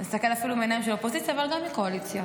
תסתכל אפילו מעיניים של אופוזיציה אבל גם מקואליציה,